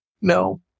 No